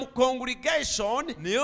congregation